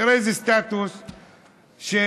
תראה איזה סטטוס שהדפסתי,